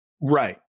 Right